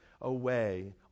away